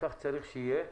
וכך צריך שיהיה.